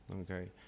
okay